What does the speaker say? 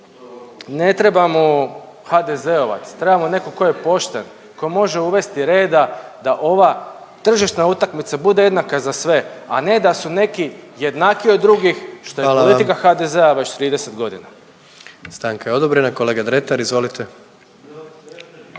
Ne treba mu HDZ-ovac, treba mu netko tko je pošten, tko može uvesti reda da ova tržišna utakmica bude jednaka za sve, a ne da su neki jednakiji od drugih što je politika … …/Upadica predsjednik: Hvala vam./…